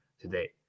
today